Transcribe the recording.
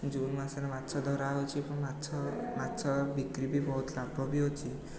June ମାସରେ ମାଛ ଧରା ହେଉଛି ଏବଂ ମାଛ ମାଛ ବିକ୍ରି ବି ବହୁତ ଲାଭ ବି ହେଉଛି